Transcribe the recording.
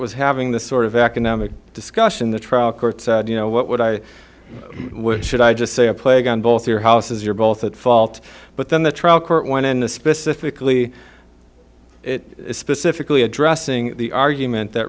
was having this sort of academic discussion the trial court said you know what i wish should i just say a plague on both your houses you're both at fault but then the trial court went into specifically it specifically addressing the argument that